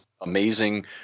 amazing